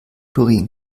doreen